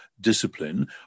discipline